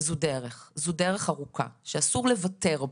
זו דרך וזו דרך ארוכה שאסור לוותר בה,